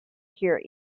hear